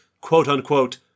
quote-unquote